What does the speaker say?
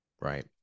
right